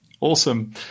Awesome